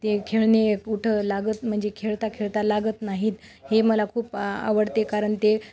ते खेळणी कुठं लागत म्हणजे खेळता खेळता लागत नाहीत हे मला खूप आवडते कारण ते